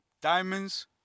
Diamonds